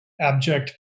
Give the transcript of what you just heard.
abject